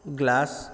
glass